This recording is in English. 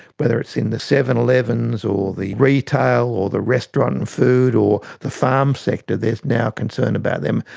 whether it's in the seven eleven s or the retail or the restaurant and food or the farm sector, there is now concern about them,